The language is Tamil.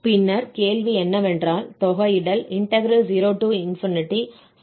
பின்னர் கேள்வி என்னவென்றால் தொகையிடல் 0sin π∝cos∝π d∝ ன் மதிப்பு என்ன